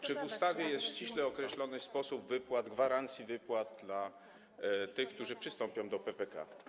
Czy w ustawie jest ściśle określony sposób wypłat, gwarancji wypłat dla tych, którzy przystąpią do PPK?